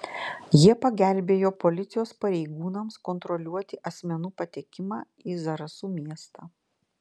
jie pagelbėjo policijos pareigūnams kontroliuoti asmenų patekimą į zarasų miestą